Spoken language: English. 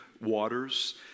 Waters